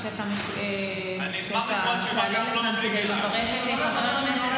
כשאתה תעלה לכאן כדי לברך את חבר הכנסת